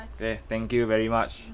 okay thank you very much